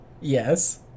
Yes